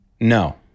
No